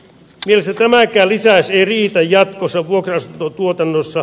wilson kylmää kelissä ei riitä jatkossa vuokrasi dutuotannossa